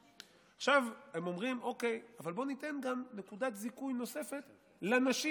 עכשיו הם אומרים: אבל בואו ניתן גם נקודת זיכוי נוספת לנשים.